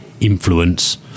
influence